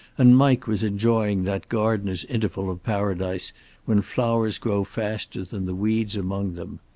and mike was enjoying that gardener's interval of paradise when flowers grow faster than the weeds among them.